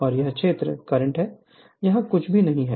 और यह क्षेत्र करंट है यहाँ कुछ भी नहीं है